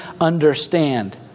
understand